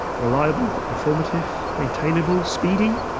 reliable, informative, maintainable, speedy?